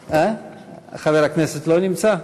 חבר הכנסת לא נמצא?